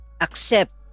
accept